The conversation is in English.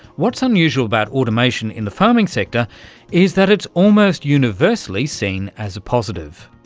what's unusual about automation in the farming sector is that it's almost universally seen as a positive.